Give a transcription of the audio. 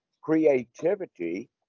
Creativity